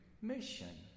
mission